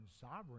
sovereign